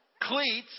Cleats